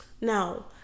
now